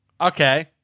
okay